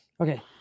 Okay